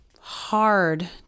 hard